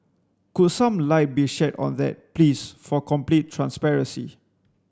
could some light be shed on that please for complete transparency